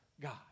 God